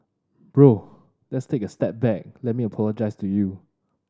bro let's take a step back let me apologise to you